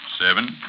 seven